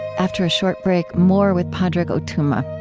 after a short break, more with padraig o tuama.